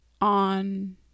on